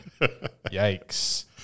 Yikes